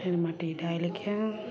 फिर माटि डालिके